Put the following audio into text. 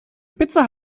spitze